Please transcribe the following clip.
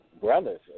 brothers